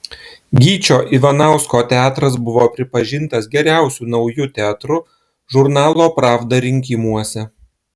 gyčio ivanausko teatras buvo pripažintas geriausiu nauju teatru žurnalo pravda rinkimuose